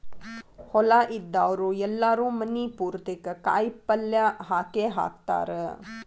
ಹೊಲಾ ಇದ್ದಾವ್ರು ಎಲ್ಲಾರೂ ಮನಿ ಪುರ್ತೇಕ ಕಾಯಪಲ್ಯ ಹಾಕೇಹಾಕತಾರ